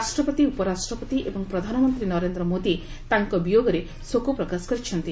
ରାଷ୍ଟ୍ରପତି ଉପରାଷ୍ଟ୍ରପତି ଏବଂ ପ୍ରଧାନମନ୍ତ୍ରୀ ନରେନ୍ଦ୍ରମୋଦି ତାଙ୍କ ବିୟୋଗକରେ ଶୋକ ପ୍ରକାଶ କରିଛନ୍ତି